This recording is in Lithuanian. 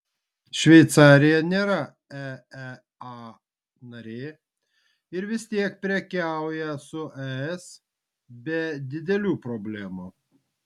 šveicarija nėra eea narė ir vis tiek prekiauja su es be didelių problemų